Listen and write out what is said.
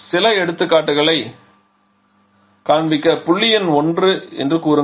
சில எடுத்துக்காட்டுகளைக் காண்பிக்க புள்ளி எண் 1 என்று கூறுங்கள்